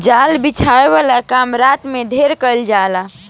जाल बिछावे वाला काम रात में ढेर कईल जाला